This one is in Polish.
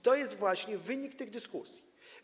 To jest właśnie wynik tych dyskusji.